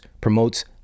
promotes